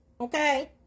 Okay